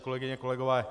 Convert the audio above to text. Kolegyně, kolegové.